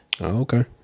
Okay